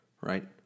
Right